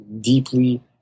deeply